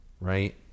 right